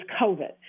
COVID